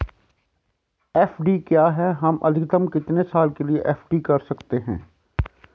FD क्या है हम अधिकतम कितने साल के लिए एफ.डी कर सकते हैं?